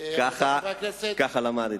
ככה למדתי.